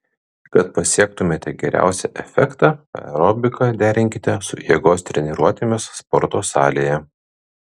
kad pasiektumėte geriausią efektą aerobiką derinkite su jėgos treniruotėmis sporto salėje